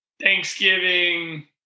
Thanksgiving